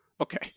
okay